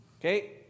okay